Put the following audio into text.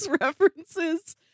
references